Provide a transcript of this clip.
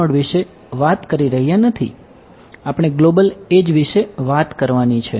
આ એડ્જ વિશે વાત કરવાની છે